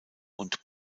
und